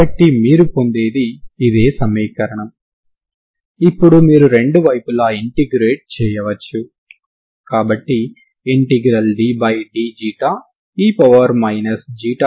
కాబట్టి మీరు పొందేది ఇదే సమీకరణం ఇప్పుడు మీరు రెండు వైపులా ఇంటెగ్రేట్ చేయవచ్చు కాబట్టి dξ e 3